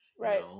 right